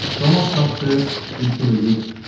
thomas had said it to the goose,